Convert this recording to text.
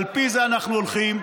על פי זה אנחנו הולכים,